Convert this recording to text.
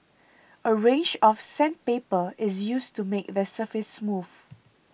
a range of sandpaper is used to make the surface smooth